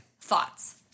Thoughts